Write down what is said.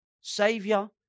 Savior